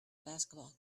basketball